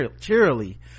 cheerily